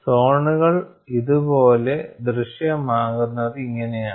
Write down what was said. സോണുകൾ ഇതുപോലെ ദൃശ്യമാകുന്നത് ഇങ്ങനെയാണ്